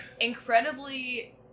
incredibly